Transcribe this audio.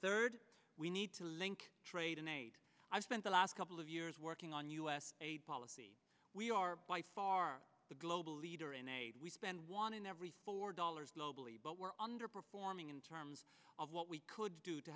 third we need to link trade and aid i've spent the last couple of years working on u s policy we are by far the global leader in a we spend one in every four dollars globally but we're underperforming in terms of what we could do to